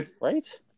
Right